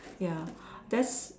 ya that's